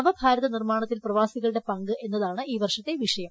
നവ ഭാരത നിർമ്മാണത്തിൽ പ്രവാസികളുടെ പങ്ക് എന്നതാണ് ഈ വർഷത്തെ വിഷയം